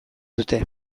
dute